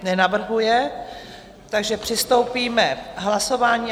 Nenavrhuje, takže přistoupíme k hlasování.